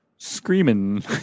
screaming